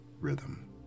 rhythm